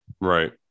right